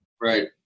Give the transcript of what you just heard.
Right